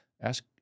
ask